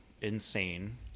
Insane